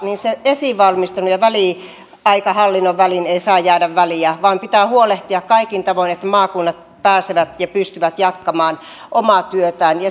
niin sen esivalmistelun ja väliaikahallinnon väliin ei saa jäädä väliä vaan pitää huolehtia kaikin tavoin että maakunnat pääsevät ja pystyvät jatkamaan omaa työtään